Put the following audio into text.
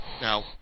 Now